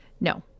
No